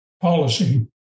policy